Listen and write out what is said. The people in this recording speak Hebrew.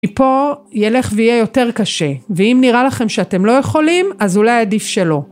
פה ילך ויהיה יותר קשה, ואם נראה לכם שאתם לא יכולים, אז אולי עדיף שלא.